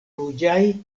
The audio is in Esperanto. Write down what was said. ruĝaj